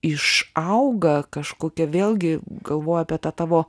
išauga kažkokia vėlgi galvoju apie tą tavo